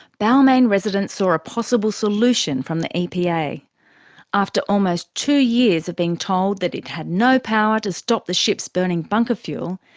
balmain residents saw a possible solution from the epa. after almost two years of being told that it had no power to stop the ships burning bunker fuel,